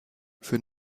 für